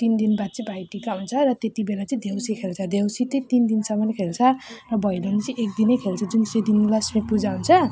तिन दिनपछि भाइटिका हुन्छ र त्यत्ति बेला चाहिँ देउसी खेल्छ देउसी चाहिँ तिनसम्म खेल्छ र भैलेनी चाहिँ एक दिनै खेल्छ जुन चाहिँ दिन लक्ष्मीपूजा हुन्छ